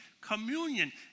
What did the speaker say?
Communion